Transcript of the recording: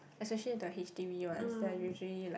especially the H_D_B ones they are usually like